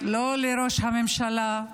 לא לראש הממשלה,